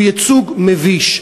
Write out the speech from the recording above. הוא ייצוג מביש.